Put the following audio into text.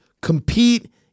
compete